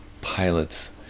pilots